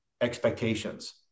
expectations